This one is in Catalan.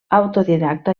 autodidacta